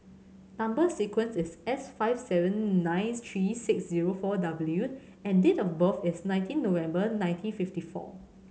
number sequence is S five seven nine three six zero four W and date of birth is nineteen November nineteen fifty four